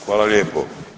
Hvala lijepo.